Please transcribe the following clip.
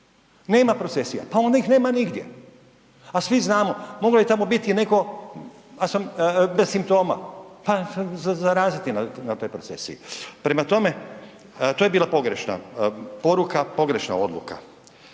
Nema procesija pa onda ih nema nigdje. A svi znamo mogao je tamo biti neko bez simptoma pa zaraziti na toj procesiji. Prema tome to je bila pogrešna poruka, pogrešna odluka